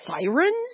sirens